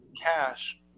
cash